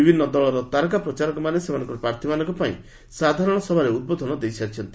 ବିଭିନ୍ନ ଦଳର ତାରକା ପ୍ରଚାରକମାନେ ସେମାନଙ୍କର ପ୍ରାର୍ଥୀମାନଙ୍କ ପାଇଁ ସାଧାରଣ ସଭାରେ ଉଦ୍ବୋଧନ ଦେଇ ସାରିଛନ୍ତି